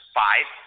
five